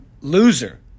loser